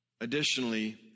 Additionally